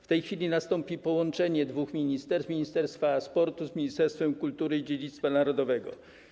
W tej chwili nastąpi połączenie dwóch ministerstw: Ministerstwa Sportu z Ministerstwem Kultury i Dziedzictwa Narodowego.